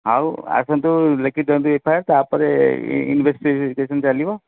ଆଉ ଆସନ୍ତୁ ଲେଖିଦିଅନ୍ତୁ ଏଫ୍ ଆଇ ଆର ତାପରେ ଇନଭେସ୍ଟିଗେସନ୍ ଚାଲିବ